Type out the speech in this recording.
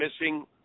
missing